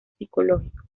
psicológico